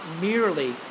merely